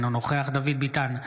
אינו נוכח דוד ביטן,